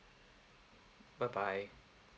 bye bye